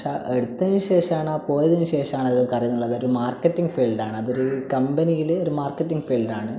പക്ഷേ ആ എടുത്തത്തിന് ശേഷമാണ് ആ പോയതിന് ശേഷമാണ് അത് എനിക്കറിയുന്നുള്ളത് ഒരു മാർക്കെറ്റിങ് ഫീൽഡ് ആണ് അതൊരു കമ്പനിയിൽ ഒരു മാർക്കെറ്റിങ് ഫീൽഡ് ആണ്